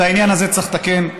את העניין הזה צריך לתקן.